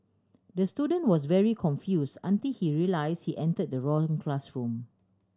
the student was very confuse until he realise he enter the wrong classroom